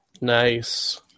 Nice